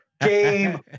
game